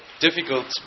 difficult